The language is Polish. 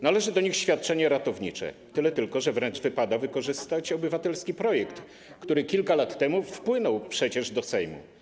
Należy do nich świadczenie ratownicze, tyle tylko, że wręcz wypada wykorzystać projekt obywatelski, który kilka lat temu wpłynął przecież do Sejmu.